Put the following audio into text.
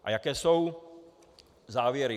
A jaké jsou závěry?